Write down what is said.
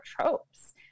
tropes